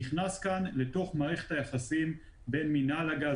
נכנס לתוך מערכת היחסים בין מינהל הגז,